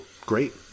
great